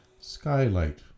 skylight